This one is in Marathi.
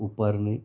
उपरणे